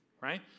right